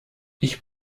ich